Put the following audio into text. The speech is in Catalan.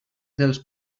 dels